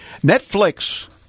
Netflix